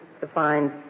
defines